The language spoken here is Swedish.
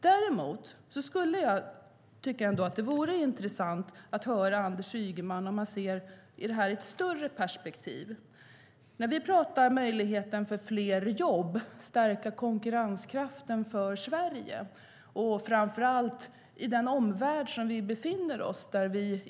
Däremot tycker jag att det vore intressant att höra Anders Ygemans åsikt om det här sett i ett större perspektiv. Vi talar om möjligheten till fler jobb och att stärka konkurrenskraften för Sverige, framför allt i den omvärld vi befinner oss i.